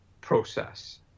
process